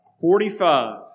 Forty-five